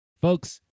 Folks